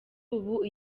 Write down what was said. ubu